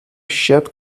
shed